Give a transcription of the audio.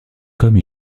comme